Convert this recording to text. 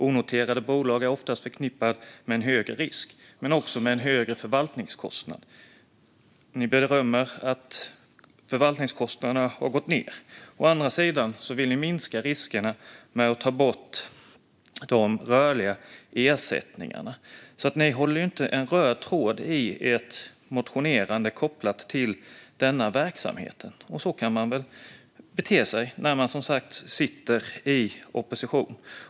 Onoterade bolag är ofta förknippade med högre risk och högre förvaltningskostnad, och ni berömmer att förvaltningskostnaderna har gått ned. Å andra sidan vill ni minska riskerna genom att ta bort de rörliga ersättningarna. Vänsterpartiet har ingen röd tråd i sitt motionerande kopplat till denna verksamhet, och så kan man som sagt bete sig när man sitter i opposition.